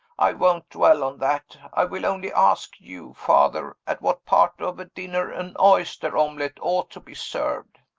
i won't dwell on that. i will only ask you, father, at what part of a dinner an oyster-omelet ought to be served?